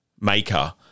maker